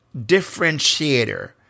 differentiator